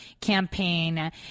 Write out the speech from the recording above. campaign